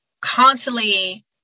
constantly